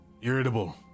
irritable